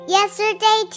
Yesterday